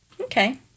Okay